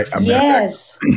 Yes